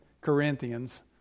Corinthians